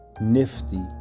nifty